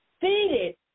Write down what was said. seated